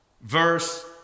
Verse